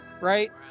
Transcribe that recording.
right